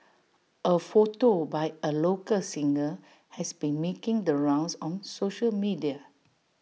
A photo by A local singer has been making the rounds on social media